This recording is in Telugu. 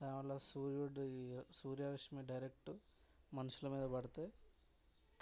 దానివల్ల సూర్యుడి సూర్యరశ్మి డైరెక్ట మనుషుల మీద పడితే